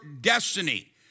destiny